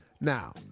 Now